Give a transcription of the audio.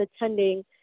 attending